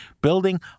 building